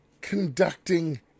conducting